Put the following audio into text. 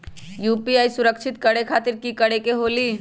UPI सुरक्षित करे खातिर कि करे के होलि?